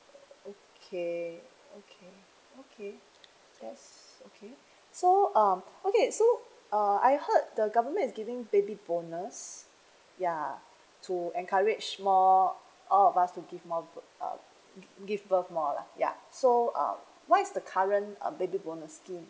okay okay okay yes okay so um okay so uh I heard the government is giving baby bonus yeah to encourage more all of us to give more bir~ uh gvi~ give birth more lah yeah so uh what is the current uh baby bonus scheme